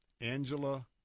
Angela